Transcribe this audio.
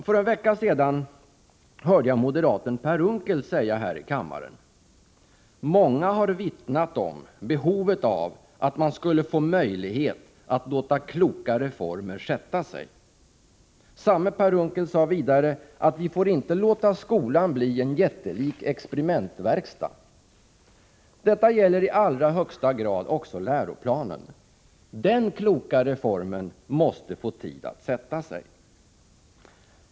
För en vecka sedan hörde jag moderaten Per Unckel säga här i kammaren: ”Många har vittnat om behovet av att man skulle få möjlighet att låta kloka reformer sätta sig.” Samme Per Unckel sade vidare att vi inte får låta skolan bli en jättelik experimentverkstad. Detta gäller i allra högsta grad också läroplanen. Den kloka reformen måste få tid att sätta sig.